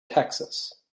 texas